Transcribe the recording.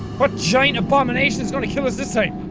what giant abomination is going to kill us this time?